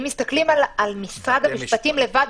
אם מסתכלים על משרד המשפטים לבד,